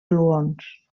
gluons